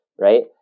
right